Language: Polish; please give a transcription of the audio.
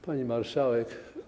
Pani Marszałek!